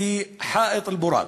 ב"חיט אל בוראק"